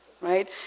right